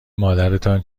مادرتان